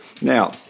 Now